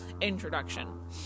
introduction